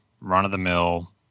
run-of-the-mill